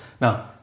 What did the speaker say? Now